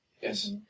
Yes